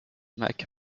mac